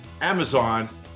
Amazon